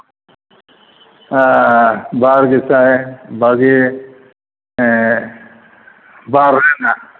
ᱵᱟᱨ ᱜᱮᱥᱟᱭ ᱵᱟᱜᱮ ᱵᱟᱨ ᱨᱮᱱᱟᱜ